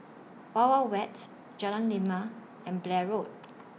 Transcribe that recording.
Wild Wild Wet Jalan Lima and Blair Road